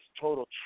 total